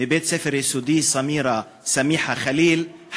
מבית-הספר היסודי על שם סמיחה ח'ליל,